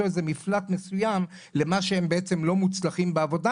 איזה מפלט מסוים למה שהם בעצם לא מוצלחים בעבודה.